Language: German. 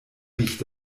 riecht